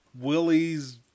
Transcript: Willie's